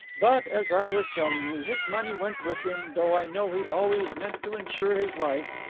but as i was telling you, his money went with him, though i know he always meant to insure his life,